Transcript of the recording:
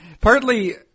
partly